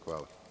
Hvala.